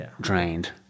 Drained